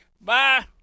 Bye